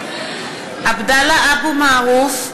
(קוראת בשמות חברי הכנסת) עבדאללה אבו מערוף,